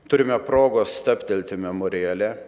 turime progos stabtelti memoriale